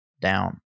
down